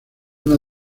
una